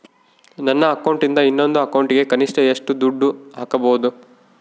ನನ್ನ ಅಕೌಂಟಿಂದ ಇನ್ನೊಂದು ಅಕೌಂಟಿಗೆ ಕನಿಷ್ಟ ಎಷ್ಟು ದುಡ್ಡು ಹಾಕಬಹುದು?